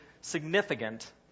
significant